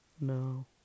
No